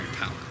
power